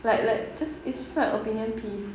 like like just write opinion piece